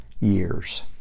years